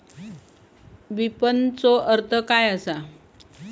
विपणनचो अर्थ काय असा?